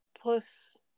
plus